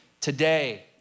today